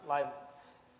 lain